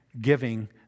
giving